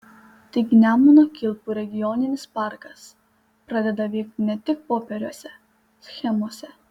taigi nemuno kilpų regioninis parkas pradeda veikti ne tik popieriuose schemose